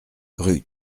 rue